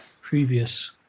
previous